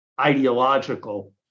ideological